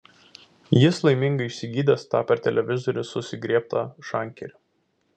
jis laimingai išsigydęs tą per televizorių susigriebtą šankerį